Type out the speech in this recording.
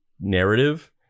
narrative